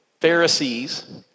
Pharisees